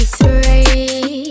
three